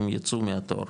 הם יצאו מהתור,